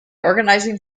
organizing